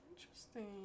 Interesting